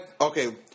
Okay